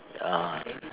ya